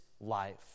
life